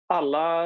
alla